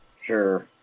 Sure